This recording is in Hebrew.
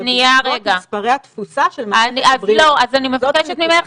אלא בעקבות מספרי --- אני מבקשת ממך,